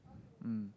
mm